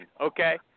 okay